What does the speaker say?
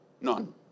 None